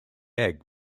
egg